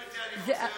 גברתי, אני חוזר בי,